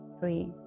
Three